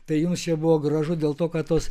tai jums čia buvo gražu dėl to kad tos